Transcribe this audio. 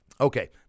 Okay